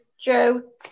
Joe